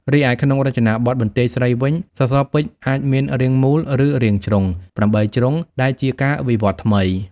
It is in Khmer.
រីឯក្នុងរចនាបថបន្ទាយស្រីវិញ សសរពេជ្រអាចមាន រាងមូល ឬរាងជ្រុង (៨ ជ្រុង) ដែលជាការវិវត្តន៍ថ្មី។